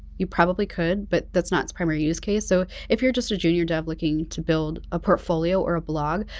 you probably could but that's not its primary use case. so if you're just a junior dev looking to build a portfolio or a blog,